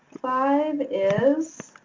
five is